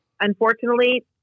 Unfortunately